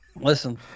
Listen